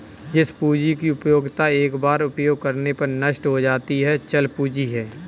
जिस पूंजी की उपयोगिता एक बार उपयोग करने पर नष्ट हो जाती है चल पूंजी है